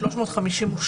352,